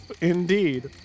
indeed